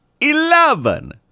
Eleven